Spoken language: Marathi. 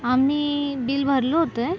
आमी बिल भरलं होतं